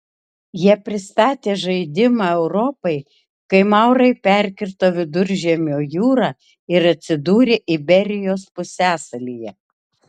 jie pristatė žaidimą europai kai maurai perkirto viduržemio jūrą ir atsidūrė iberijos pusiasalyje